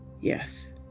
Yes